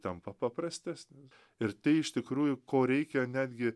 tampa paprastesni ir tai iš tikrųjų ko reikia netgi